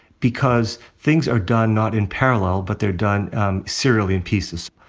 because things are done not in parallel, but they're done um serially in pieces.